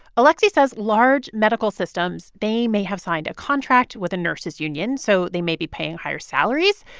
alexei says large medical systems they may have signed a contract with a nurses union, so they may be paying higher salaries.